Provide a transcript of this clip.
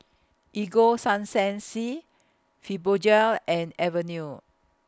Ego Sunsense Fibogel and Avene